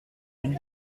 une